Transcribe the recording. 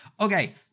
Okay